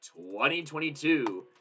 2022